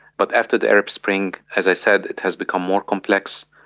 but after the arab spring, as i said, it has become more complex,